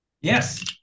Yes